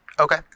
Okay